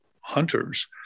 hunters